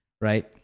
Right